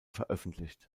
veröffentlicht